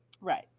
Right